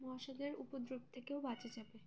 মশাদের উপদ্রব থেকেও বাঁচে যাবে